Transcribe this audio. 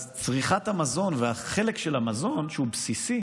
צריכת המזון והחלק של המזון, שהוא בסיסי